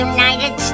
United